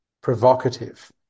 provocative